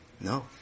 No